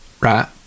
Right